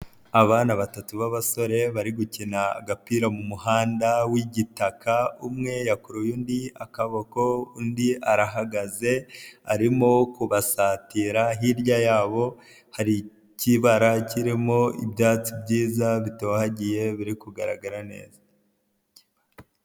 Abana batatu b'abasore bari gukina agapira mu muhanda w'igitaka, umwe yakuruye undi akaboko, undi arahagaze, arimo kubasatira, hirya yabo hari ikibara kirimo ibyatsi byiza bitohagiye, biri kugaragara neza.